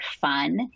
fun